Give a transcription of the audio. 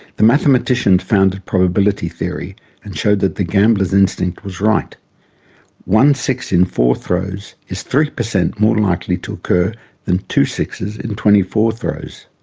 the mathematicians founded probability theory and showed that the gambler's instinct was right one six in four throws is three percent more likely to occur than two sixes in twenty four throws.